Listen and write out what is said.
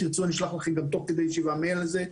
אשלח לכם גם תוך כדי ישיבה מייל על זה,